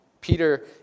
Peter